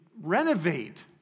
renovate